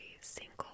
single